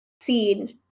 seen